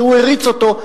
שהוא הריץ אותו.